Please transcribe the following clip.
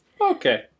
Okay